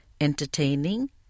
entertaining